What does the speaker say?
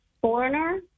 Foreigner